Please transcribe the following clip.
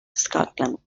scotland